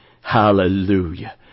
Hallelujah